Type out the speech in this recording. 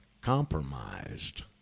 compromised